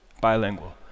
Bilingual